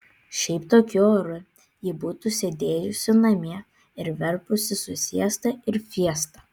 šiaip tokiu oru ji būtų sėdėjusi namie ir verpusi su siesta ir fiesta